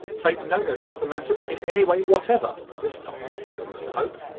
take no notice of the matter in any way whatever, this time, said mr hope.